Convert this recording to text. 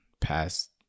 past